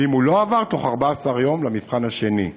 ואם הוא לא עבר, בתוך 14 יום למבחן השני,